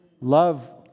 Love